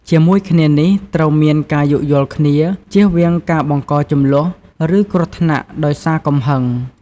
ជាមួយគ្នានេះ ត្រូវមាន ការយោគយល់គ្នា ជៀសវាងការបង្កជម្លោះ ឬគ្រោះថ្នាក់ដោយសារកំហឹង។